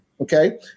Okay